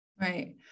Right